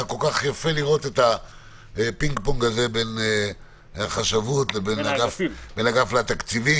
כל-כך יפה לראות את הפינג פונג בין אגף התקציבים לחשב הכללי.